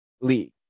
league